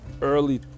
early